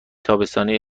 تابستانی